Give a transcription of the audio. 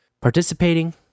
participating